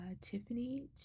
tiffany